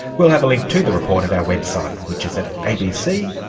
we'll have a link to the report at our website, which is at abc.